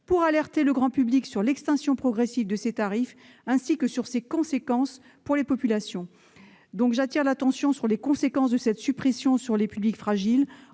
pour alerter le grand public sur l'extinction progressive de ces tarifs ainsi que sur ses conséquences pour la population. J'appelle l'attention sur les incidences de la suppression des tarifs